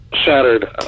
shattered